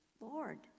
Lord